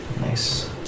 Nice